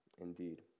indeed